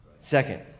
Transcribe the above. Second